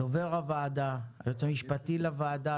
דובר הוועדה, היועץ המשפטי לוועדה.